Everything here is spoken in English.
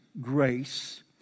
grace